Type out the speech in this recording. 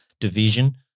division